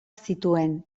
zituen